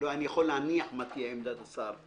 אני יכול להניח מה תהיה עמדת השר.